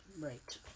Right